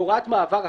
בהוראת מעבר אחרת,